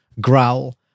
growl